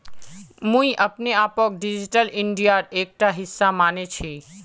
मुई अपने आपक डिजिटल इंडियार एकटा हिस्सा माने छि